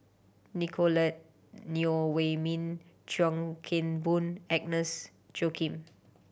Nicolette Neo Wei Min Chuan Keng Boon Agnes Joaquim